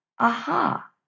aha